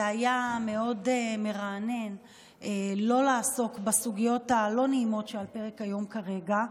זה היה מאוד מרענן לא לעסוק בסוגיות הלא-נעימות שעל הפרק כרגע,